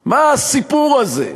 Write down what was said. מה הסיפור הזה?